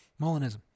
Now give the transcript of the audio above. Molinism